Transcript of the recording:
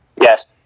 Yes